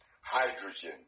hydrogen